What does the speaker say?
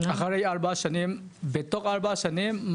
אחרי ארבע שנים, מה הבעיה?